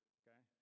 okay